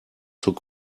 zur